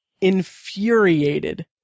infuriated